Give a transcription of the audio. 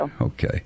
Okay